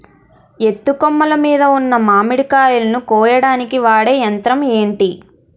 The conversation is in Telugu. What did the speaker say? ఎత్తు కొమ్మలు మీద ఉన్న మామిడికాయలును కోయడానికి వాడే యంత్రం ఎంటి?